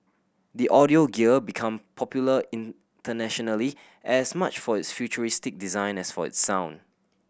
the audio gear became popular internationally as much for its futuristic design as for its sound